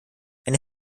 eine